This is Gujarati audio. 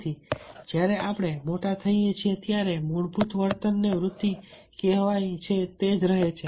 તેથી જ્યારે આપણે મોટા થઈએ છીએ ત્યારે મૂળભૂત વર્તન ને વૃત્તિ કહેવાય છે તે જ રહે છે